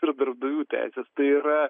turi darbdavių teises tai yra